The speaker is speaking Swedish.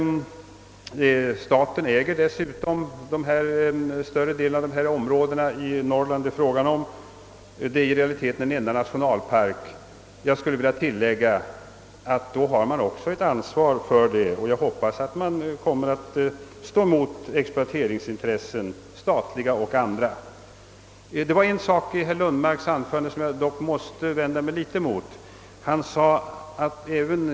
Staten äger dessutom större delen av dessa norrländska områden, som i realiteten utgör en enda nationalpark. I detta sammanhang skulle jag vilja säga att staten då också har ett ansvar, och jag hoppas också att staten kommer att kunna motstå exploateringsönskemål både från statliga myndigheter och andra. En sak i herr Lundmarks anförande måste jag dock vända mig emot.